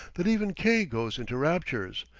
that even k goes into raptures,